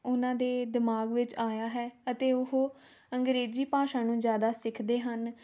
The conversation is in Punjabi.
ਉਹਨਾਂ ਦੇ ਦਿਮਾਗ ਵਿੱਚ ਆਇਆ ਹੈ ਅਤੇ ਉਹ ਅੰਗਰੇਜ਼ੀ ਭਾਸ਼ਾ ਨੂੰ ਜ਼ਿਆਦਾ ਸਿੱਖਦੇ ਹਨ